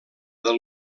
del